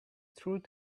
through